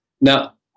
Now